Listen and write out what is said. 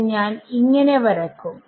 ഇത് ഞാൻ ഇങ്ങനെ വരക്കും